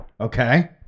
Okay